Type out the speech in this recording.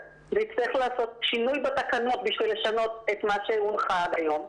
ונצטרך לעשות שינוי בתקנות בשביל לשנות את מה שהונחה עד היום.